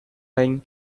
lying